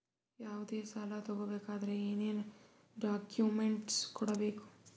ಯಾವುದೇ ಸಾಲ ತಗೊ ಬೇಕಾದ್ರೆ ಏನೇನ್ ಡಾಕ್ಯೂಮೆಂಟ್ಸ್ ಕೊಡಬೇಕು?